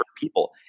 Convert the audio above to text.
people